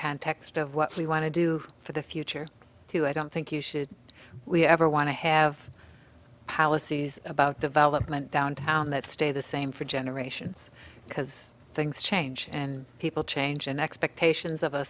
context of what we want to do for the future too i don't think you should we ever want to have policies about development downtown that stay the same for generations because things change and people change in expectations of a